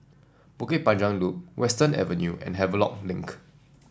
Bukit Panjang Loop Western Avenue and Havelock Link